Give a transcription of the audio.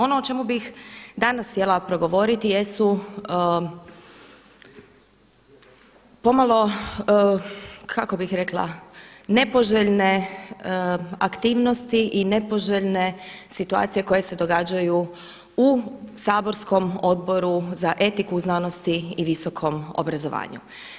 Ono o čemu bih danas htjela progovoriti jesu pomalo kako bih rekla, nepoželjne aktivnosti i nepoželjne situacije koje se događaju u saborskom Odboru za etiku u znanosti i visokom obrazovanju.